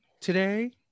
today